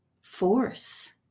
force